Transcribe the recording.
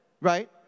Right